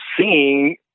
seeing